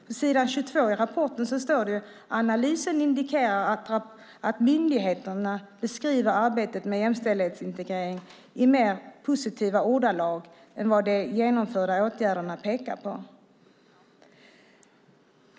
På s. 22 i rapporten står det: "Analysen indikerar att myndigheterna beskriver arbetet med jämställdhetsintegrering i mer positiva ordalag än vad de genomförda åtgärderna pekar på."